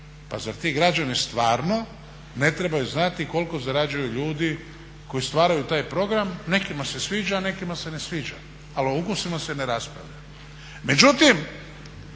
pa zar ti građani stvarno ne trebaju znati koliko zarađuju ljudi koji stvaraju taj program. Nekima se sviđa, nekima se ne sviđa, ali o ukusima se ne raspravlja.